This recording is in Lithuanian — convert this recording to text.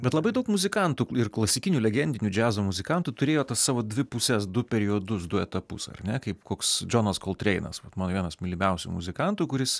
bet labai daug muzikantų ir klasikinių legendinių džiazo muzikantų turėjo tas savo dvi puses du periodus du etapus ar ne kaip koks džonas koltreinas mano vienas mylimiausių muzikantų kuris